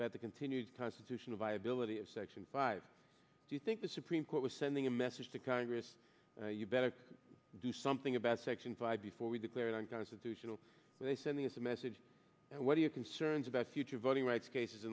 that the continues prostitution viability of section five do you think the supreme court was sending a message to congress you better do something about section five before we declare it unconstitutional they sending us a message what are your concerns about future voting rights cases